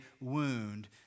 wound